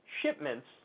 shipments